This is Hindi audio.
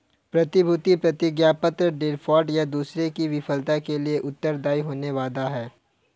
प्रतिभूति प्रतिज्ञापत्र डिफ़ॉल्ट, या दूसरे की विफलता के लिए उत्तरदायी होने का वादा है